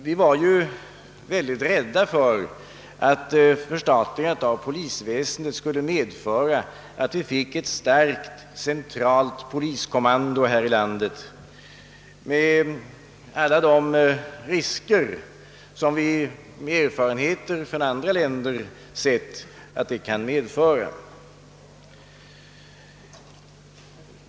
Vi var ju rädda för att förstatligandet av polisväsendet skulle medföra att vi skulle kunna få ett starkt centralt poliskommando här i landet med alla de risker som det enligt erfarenheter från andra länder kan medföra.